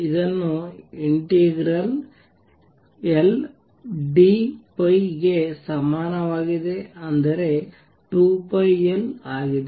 ಇದು integral ∫Ldϕ ಗೆ ಸಮಾನವಾಗಿದೆ ಅಂದರೆ 2πL ಆಗಿದೆ